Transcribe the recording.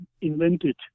invented